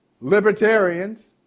Libertarians